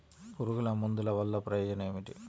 పురుగుల మందుల వల్ల ప్రయోజనం ఏమిటీ?